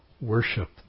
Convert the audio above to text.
worship